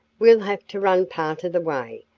we'll have to run part of the way,